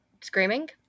Screaming